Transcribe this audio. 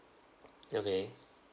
okay